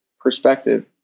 perspective